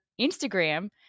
Instagram